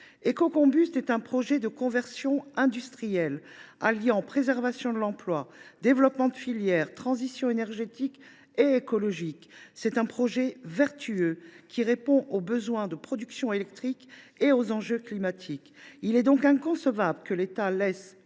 Ecocombust est un projet de conversion industrielle, alliant préservation de l’emploi, développement de la filière et transition énergétique et écologique. C’est un projet vertueux, qui répond aux besoins de production électrique et aux enjeux climatiques. Il est donc inconcevable que l’État laisse